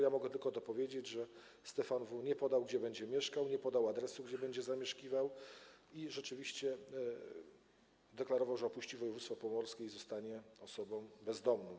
Ja mogę tylko dopowiedzieć, że Stefan W. nie podał, gdzie będzie mieszkał, nie podał adresu, gdzie będzie zamieszkiwał, i rzeczywiście deklarował, że opuści województwo pomorskie i zostanie, jak twierdził, osobą bezdomną.